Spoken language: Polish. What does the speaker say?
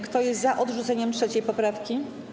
Kto jest za odrzuceniem 3. poprawki?